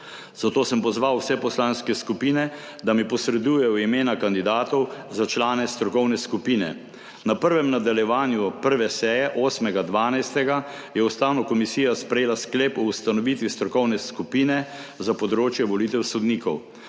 zato sem pozval vse poslanske skupine, da mi posredujejo imena kandidatov za člane strokovne skupine. Na prvem nadaljevanju 1. seje 8. 12. je Ustavna komisija sprejela sklep o ustanovitvi strokovne skupine za področje volitev sodnikov.